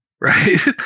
Right